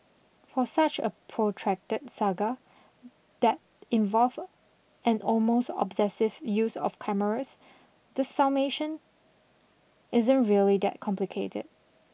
for such a protracted saga that involved an almost obsessive use of cameras the summation isn't really that complicated